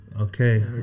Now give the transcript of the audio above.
Okay